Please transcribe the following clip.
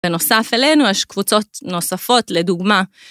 בנוסף אלינו יש קבוצות נוספות לדוגמה.